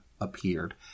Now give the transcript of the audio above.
appeared